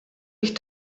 ich